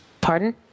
Pardon